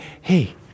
hey